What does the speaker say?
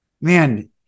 Man